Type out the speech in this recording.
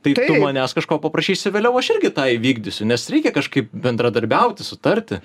tai tu manęs kažko paprašysi vėliau aš irgi tą įvykdysiu nes reikia kažkaip bendradarbiauti sutarti